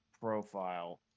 profile